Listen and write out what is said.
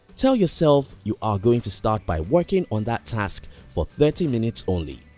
tell yourself you are going to start by working on that task for thirty minutes only.